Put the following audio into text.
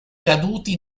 caduti